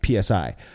PSI